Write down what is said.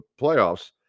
playoffs